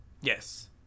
Yes